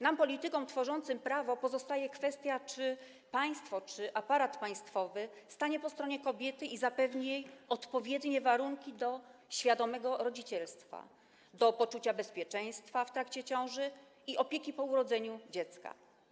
Nam, politykom tworzącym prawo, pozostaje kwestia, czy państwo, czy aparat państwowy stanie po stronie kobiety i zapewni jej odpowiednie warunki do świadomego rodzicielstwa, do poczucia bezpieczeństwa w trakcie ciąży i opieki po urodzeniu dziecka.